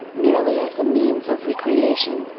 merely as a means of recreation,